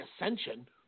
Ascension